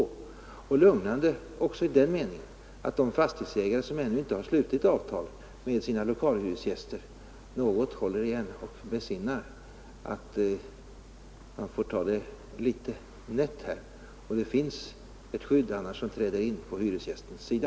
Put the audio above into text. Det skall vara lugnande också i den meningen att de fastighetsägare som ännu inte slutit avtal med sina lokalhyresgäster något håller igen och besinnar att man får ta det litet nätt här, annars finns det ett skydd som träder in på hyresgästens sida.